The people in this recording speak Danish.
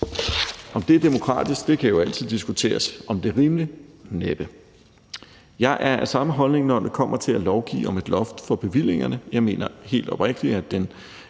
Om det er demokratisk, kan jo altid diskuteres, men det er næppe rimeligt. Jeg er af samme holdning, når det kommer til at lovgive om et loft for bevillingerne. Jeg mener helt oprigtigt, at den